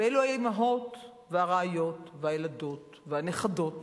אלו האמהות והרעיות והילדות והנכדות